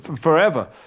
forever